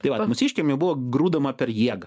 tai vat mūsiškiam jau buvo grūdama per jėgą